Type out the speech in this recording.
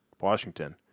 Washington